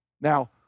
Now